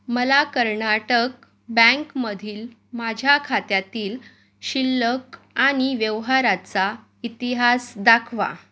मला कर्नाटक बँकमधील माझ्या खात्यातील शिल्लक आणि व्यवहाराचा इतिहास दाखवा